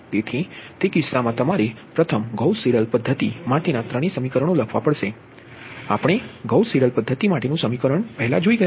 તેથી તે કિસ્સામાં તમારે પ્રથમ ગૌસ સીડેલ પદ્ધતિ માટેના ત્રણેય સમીકરણો લખવા પડશે આપણે ગૌસ સીડેલ પદ્ધતિ માટેનું સમીકરણ જોયું છે